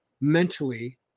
mentally